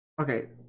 Okay